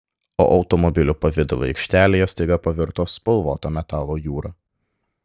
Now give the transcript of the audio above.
o automobilių pavidalai aikštelėje staiga pavirto spalvoto metalo jūra